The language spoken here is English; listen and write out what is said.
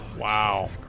wow